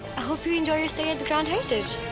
hope you enjoy your stay at grand heritage.